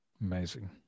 amazing